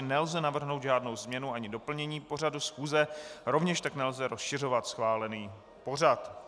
Nelze navrhnout žádnou změnu ani doplnění pořadu schůze, rovněž tak nelze rozšiřovat schválený pořad.